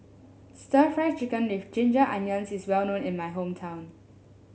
stir Fry Chicken with Ginger Onions is well known in my hometown